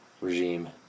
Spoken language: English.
regime